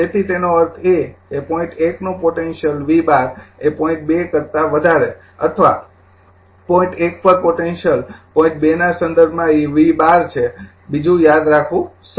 તેથી એનો અર્થ એ કે પોઈન્ટ ૧ નું પોટેન્સીયલ V૧૨ એ પોઇન્ટ ૨ કરતા વધારે અથવા પોઈન્ટ ૧ પર પોટેન્સીયલ પોઈન્ટ ૨ ના સંદર્ભમાં એ V૧૨ છે બીજું યાદ રાખવું સરળ છે